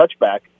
touchback